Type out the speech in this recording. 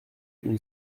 une